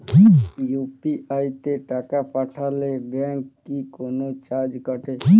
UPI তে টাকা পাঠালে ব্যাংক কি কোনো চার্জ কাটে?